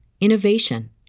innovation